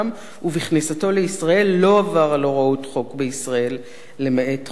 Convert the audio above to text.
ובכניסתו לישראל לא עבר על הוראות חוק בישראל למעט חוק זה".